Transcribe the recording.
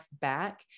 back